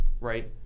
right